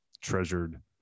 treasured